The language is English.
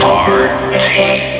Party